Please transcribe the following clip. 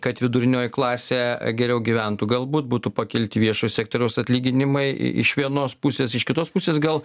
kad vidurinioji klasė geriau gyventų galbūt būtų pakelti viešojo sektoriaus atlyginimai iš vienos pusės iš kitos pusės gal